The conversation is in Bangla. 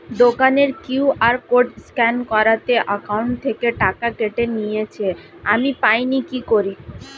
দোকানের কিউ.আর কোড স্ক্যান করাতে অ্যাকাউন্ট থেকে টাকা কেটে নিয়েছে, আমি পাইনি কি করি?